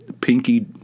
pinky